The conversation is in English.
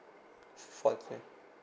forty